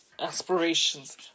aspirations